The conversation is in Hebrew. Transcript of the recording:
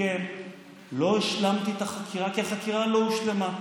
לא השלמתי את החקירה, כי החקירה לא הושלמה.